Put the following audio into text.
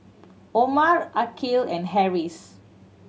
Omar Aqil and Harris